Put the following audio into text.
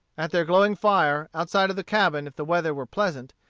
at their glowing fire, outside of the cabin if the weather were pleasant,